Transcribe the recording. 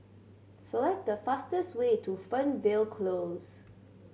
select the fastest way to Fernvale Close